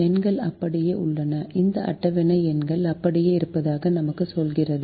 எண்கள் அப்படியே உள்ளன இந்த அட்டவணை எண்கள் அப்படியே இருப்பதாக நமக்கு சொல்கிறது